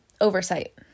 oversight